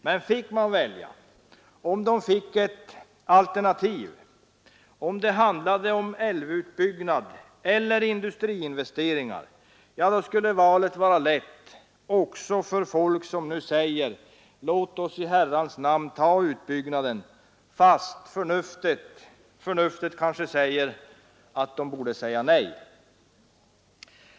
Men fick man välja, om man fick ett alternativ, om det handlade om älvutbyggnad eller industriinvesteringar — ja, då skulle valet vara lätt, också för folk som nu resonerar som så: Låt oss i herrans namn ta utbyggnaden, fast förnuftet kanske bjuder att man borde säga nej.